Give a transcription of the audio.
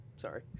sorry